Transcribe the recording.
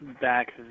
back